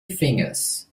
fingers